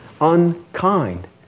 unkind